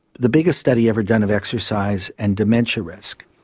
the biggest study ever done of exercise and dementia risk,